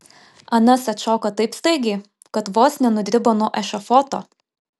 anas atšoko taip staigiai kad vos nenudribo nuo ešafoto